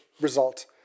result